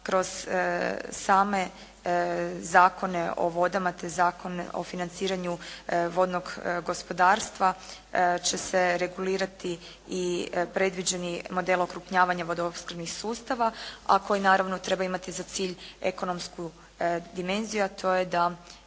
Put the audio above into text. kroz same Zakone o vodama te Zakon o financiranju vodnog gospodarstva će se regulirati i predviđeni model okrupnjavanja vodoopskrbnih sustava a koji naravno treba imati za cilj ekonomsku dimenziju a to je da